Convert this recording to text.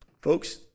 Folks